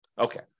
Okay